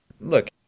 Look